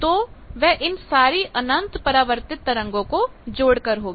तो वह इन सारी अनंत परावर्तित तरंगों का जोड़ होगी